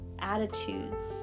attitudes